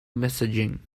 messaging